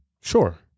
Sure